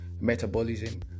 metabolism